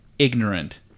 Ignorant